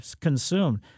consumed